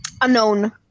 unknown